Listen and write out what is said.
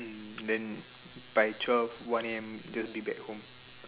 mm then by twelve one A_M just be back home